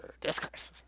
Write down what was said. discourse